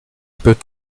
peut